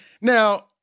now